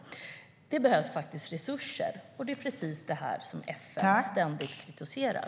Det behövs resurser. Det är precis det här som FN ständigt kritiserar.